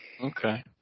Okay